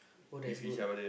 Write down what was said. oh that's good